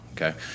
Okay